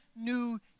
new